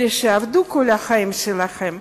אלה שעבדו כל החיים שלהם,